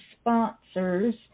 sponsors